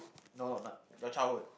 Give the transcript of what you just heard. no na~ your childhood